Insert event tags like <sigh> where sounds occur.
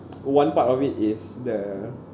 <noise> one part of it is the